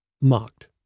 mocked